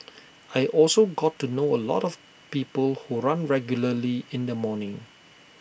I also got to know A lot of people who run regularly in the morning